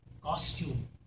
costume